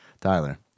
Tyler